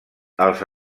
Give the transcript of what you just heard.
els